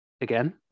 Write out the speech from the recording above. Again